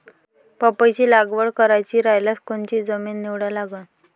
पपईची लागवड करायची रायल्यास कोनची जमीन निवडा लागन?